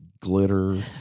glitter